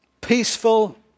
peaceful